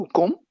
kom